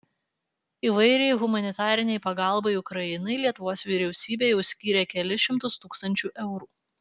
įvairiai humanitarinei pagalbai ukrainai lietuvos vyriausybė jau skyrė kelis šimtus tūkstančių eurų